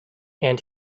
and